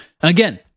Again